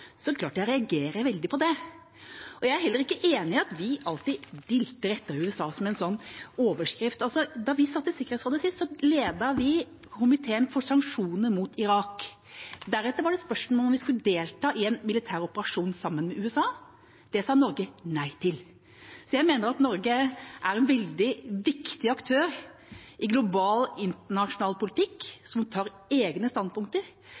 klart at jeg reagerer veldig på det. Jeg er heller ikke enig i at vi alltid dilter etter USA – som en sånn overskrift. Da vi satt i Sikkerhetsrådet sist, ledet vi komiteen for sanksjoner mot Irak. Deretter var det spørsmål om vi skulle delta i en militær operasjon sammen med USA. Det sa Norge nei til. Jeg mener at Norge er en veldig viktig aktør i global, internasjonal politikk, som tar egne standpunkter,